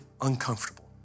uncomfortable